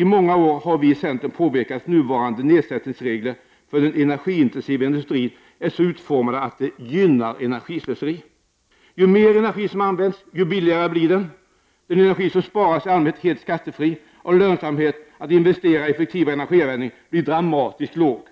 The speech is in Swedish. I många år har vi i centern påpekat att nuvarande nedsättningsregler för den energiintensiva industrin är så utformade att de gynnar energislöseri. Ju mer energi som används, desto billigare blir den. Den energi som kan sparas är i allmänhet helt skattefri, och lönsamheten vid investering i effektivare energianvändning blir dramatiskt låg.